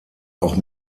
auch